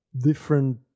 different